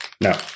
No